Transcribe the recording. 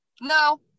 No